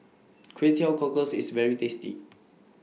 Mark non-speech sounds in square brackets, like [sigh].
[noise] Kway Teow Cockles IS very tasty